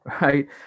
right